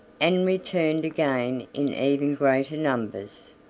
and returned again in even greater numbers.